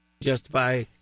justify